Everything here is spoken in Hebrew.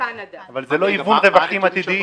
בקנדה --- אבל זה לא היוון רווחים עתידיים.